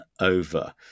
over